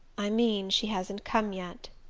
i mean she hasn't come yet.